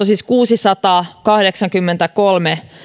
siis kuusisataakahdeksankymmentäkolme